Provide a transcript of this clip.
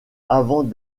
avant